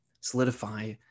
solidify